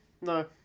No